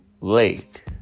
late